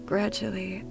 Gradually